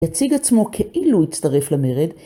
יציג עצמו כאילו הצטרף למרד,